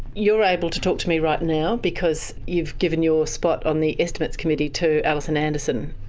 you're able to talk to me right now because you've given your spot on the estimates committee to alison anderson.